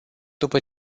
după